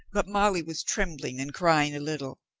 but molly was trembling and crying a little.